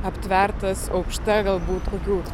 aptvertas aukšta galbūt kokių